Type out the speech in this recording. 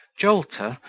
jolter,